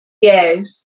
Yes